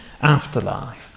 afterlife